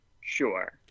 sure